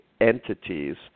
entities